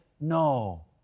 No